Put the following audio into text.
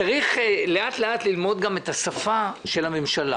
צריך לאט-לאט ללמוד את השפה של הממשלה.